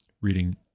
reading